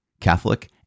Catholic